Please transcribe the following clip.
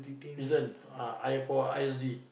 prison uh I for I_S_D